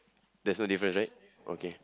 there's no difference right okay